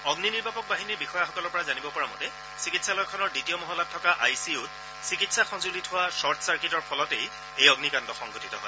অগ্নি নিৰ্বাপক বাহিনীৰ বিষয়াসকলৰ পৰা জানিব পৰা মতে চিকিৎসালয়খনৰ দ্বিতীয় মহলাত থকা আই চি ইউত চিকিৎসা সঁজুলিত হোৱা শ্বৰ্ট চাৰ্কিটৰ ফলতেই এই অগ্নিকাণ্ড সংঘটিত হয়